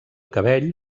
cabell